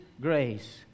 grace